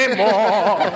more